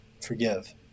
forgive